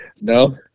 No